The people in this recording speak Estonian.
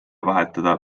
vahetada